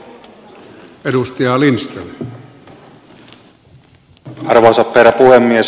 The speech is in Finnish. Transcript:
arvoisa herra puhemies